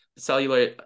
cellular